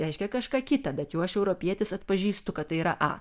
reiškia kažką kita bet jau aš europietis atpažįstu kad tai yra a